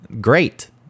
great